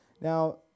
Now